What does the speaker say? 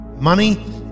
Money